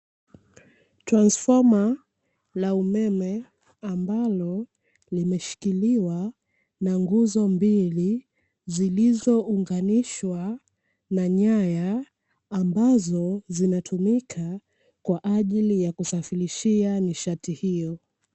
Transifoma la umeme ambalo limeshikiliwa na nguzo mbili zilizounganishwa na nyaya, ambazo zinatumika kwa ajili ya kusafirishia nishati hiyo.